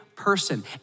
person